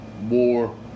more